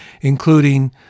including